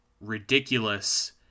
ridiculous